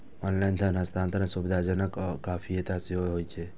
online धन हस्तांतरण सुविधाजनक आ किफायती सेहो होइ छै